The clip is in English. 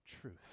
truth